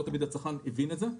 לא תמיד הצרכן מבין את זה.